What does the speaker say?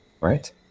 Right